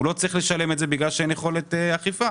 הוא לא צריך לשלם בגלל שאין יכולת אכיפה.